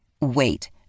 Wait